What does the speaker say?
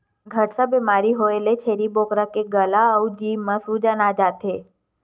घटसर्प बेमारी होए ले छेरी बोकरा के गला अउ जीभ म सूजन आ जाथे